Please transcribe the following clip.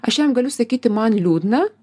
aš jam galiu sakyti man liūdna